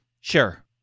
sure